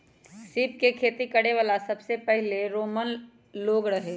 सीप के खेती करे वाला सबसे पहिले रोमन लोग रहे